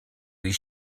his